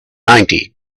ninety